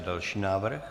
Další návrh.